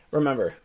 Remember